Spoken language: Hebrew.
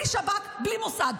בלי שב"כ ובלי מוסד".